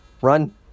Run